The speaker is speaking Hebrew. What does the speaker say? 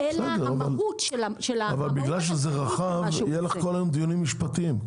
אלא המהות של -- בגלל שזה רחב יהיה לך כל היום דיונים משפטיים,